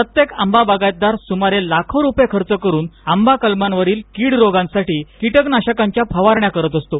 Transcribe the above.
प्रत्येक आंबा बागायतदार लाखो रुपये खर्च करून आंबा कलमांवरील कीड रोगांसाठी कीटकनाशकांच्या फवारणी करीत असतो